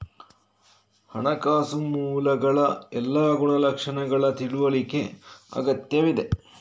ಹಣಕಾಸು ಮೂಲಗಳ ಎಲ್ಲಾ ಗುಣಲಕ್ಷಣಗಳ ತಿಳುವಳಿಕೆ ಅಗತ್ಯವಿದೆ